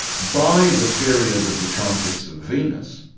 by the period of the transits of venus,